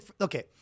okay